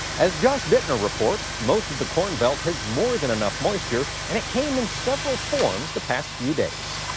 as josh buettner reports, most of the corn belt has more than enough moisture and it came in several forms the past few days.